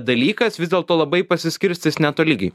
dalykas vis dėlto labai pasiskirstys netolygiai